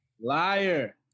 Liar